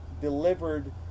delivered